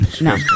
no